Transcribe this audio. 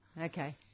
Okay